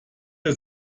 der